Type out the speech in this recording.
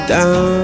Down